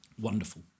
wonderful